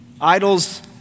Idols